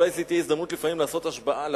אולי זאת תהיה הזדמנות לפעמים לעשות השוואה,